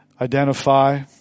identify